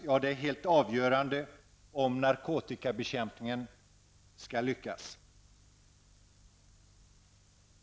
Ja, det är helt avgörande för att narkotikabekämpningen skall lyckas.